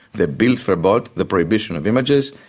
the bilderverbot, the prohibition of images,